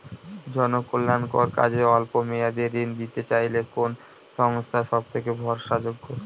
জনকল্যাণকর কাজে অল্প মেয়াদী ঋণ নিতে চাইলে কোন সংস্থা সবথেকে ভরসাযোগ্য?